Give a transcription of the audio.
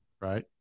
Right